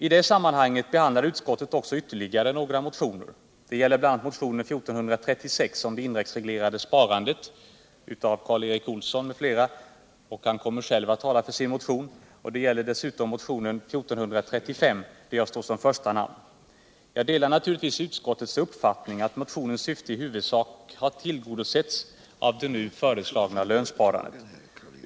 I detta sammanhang behandlar utskottet också ytterligare några motioner. Det gäller bl.a. motionen 1436 om det indexreglerade sparandet av Torsten Sandberg och Karl Erik Olsson — Karl Erik Olsson kommer själv att tala för motionen — och motionen 1435, där jag står som första namn. Jag delar naturligtvis utskottets uppfattning att motionens syfte i huvudsak tillgodosetts av det nu föreslagna lönsparandet.